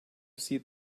see